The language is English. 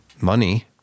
money